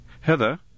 Heather